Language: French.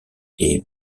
est